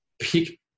pick